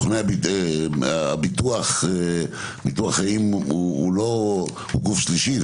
ביטוח חיים הוא גוף שלישי,